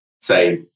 say